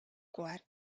koer